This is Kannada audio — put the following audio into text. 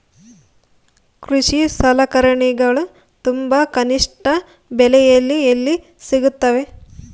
ಕೃಷಿ ಸಲಕರಣಿಗಳು ತುಂಬಾ ಕನಿಷ್ಠ ಬೆಲೆಯಲ್ಲಿ ಎಲ್ಲಿ ಸಿಗುತ್ತವೆ?